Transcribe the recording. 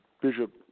Bishop